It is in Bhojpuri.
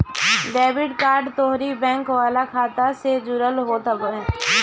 डेबिट कार्ड तोहरी बैंक वाला खाता से जुड़ल होत हवे